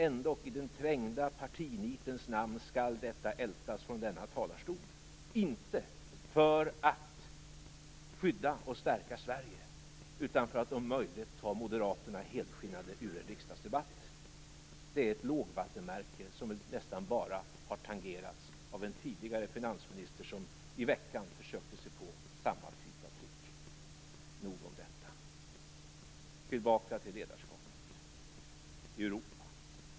Ändå, i det trängda partinitets namn, skall detta ältas från denna talarstol - inte för att skydda och stärka Sverige, utan för att om möjligt ta Moderaterna helskinnade ur en riksdagsdebatt. Det är ett lågvattenmärke som nästan bara har tangerats av en tidigare finansminister som i veckan försökte sig på samma typ av trick. Nog om detta. Tillbaka till ledarskapet, i Europa.